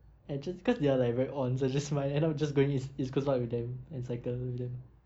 I just because they are like very on so I just might end up just going eas~ east coast park with them and cycle with them